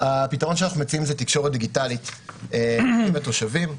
הפתרון שאנחנו מציעים זאת תקשורת דיגיטלית עם התושבים.